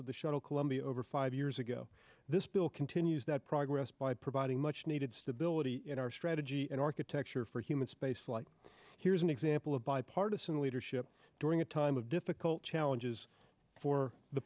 of the shuttle columbia over five years ago this bill continues that progress by providing much needed stability in our strategy and architecture for human spaceflight here's an example of bipartisan leadership during a time of difficult challenges for the